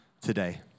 today